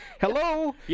hello